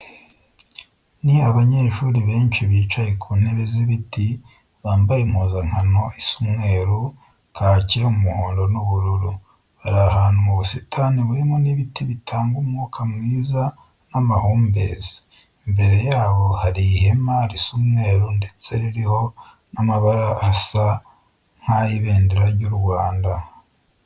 Ni abanyeshuri benshi bicaye ku ntebe z'ibiti, bambaye impuzankano isa umweru, kake, umuhondo n'ubururu. Bari ahantu mu busitani burimo n'ibiti bitanga umwuka mwiza n'amahumbezi. Imbere yabo hari ihema risa umweru ndetse ririho n'amabara asa nk'ay'Ibendera ry'U Rwanda.